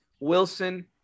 Wilson